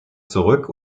zurück